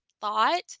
thought